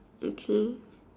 okay